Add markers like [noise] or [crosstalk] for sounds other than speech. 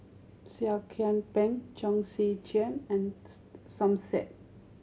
Seah Kian Peng Chong Tze Chien and [unintelligible] Som Said